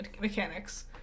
mechanics